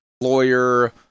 lawyer